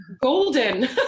golden